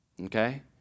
Okay